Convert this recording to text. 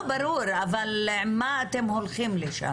ברור, אבל עם מה אתם הולכים לשם?